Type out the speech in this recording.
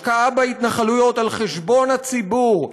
השקעה בהתנחלויות על חשבון הציבור,